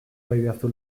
badidazu